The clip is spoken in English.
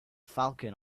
falcon